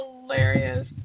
hilarious